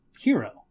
hero